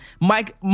Mike